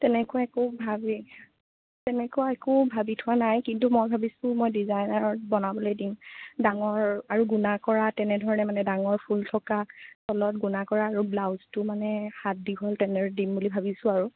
তেনেকুৱাই একো ভাবি তেনেকুৱা একো ভাবি থোৱা নাই কিন্তু মই ভাবিছো মই ডিজাইনাৰত বনাবলৈ দিম ডাঙৰ আৰু গুণা কৰা তেনেধৰণে মানে ডাঙৰ ফুল থকা তলত গুণা কৰা আৰু ব্লাউজটো মানে হাত দীঘল টেনাৰত দিম বুলি ভাবিছো আৰু